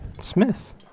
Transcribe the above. smith